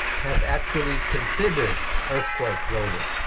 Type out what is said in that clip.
have actually considered earthquake loading?